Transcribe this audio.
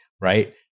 right